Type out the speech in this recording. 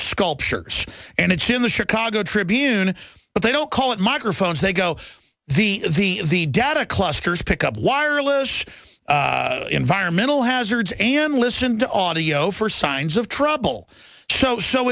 creech cultures and it's in the chicago tribune but they don't call it microphones they go the is the is the data clusters pick up wireless environmental hazards and listen to audio for signs of trouble so so